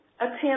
attend